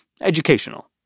educational